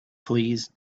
please